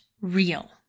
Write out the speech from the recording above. real